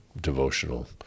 devotional